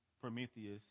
Prometheus